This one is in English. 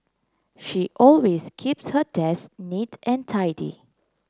she always keeps her desk neat and tidy